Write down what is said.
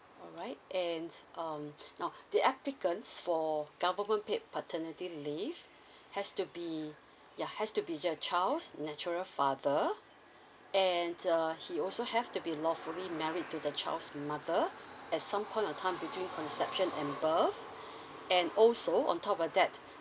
alright and um now the applicants for government paid paternity leave has to be yeah has to be your child's natural father and uh he also have to be lawfully married to the child's mother at some point of time between conception and birth and also on top of that